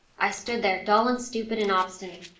i stood there, dull and stupid and obstinate,